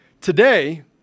Today